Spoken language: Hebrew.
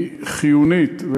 היא חיונית,